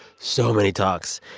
so many talks.